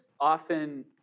often